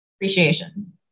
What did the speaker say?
Appreciation